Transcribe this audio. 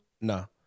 No